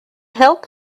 help